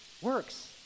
Works